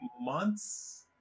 months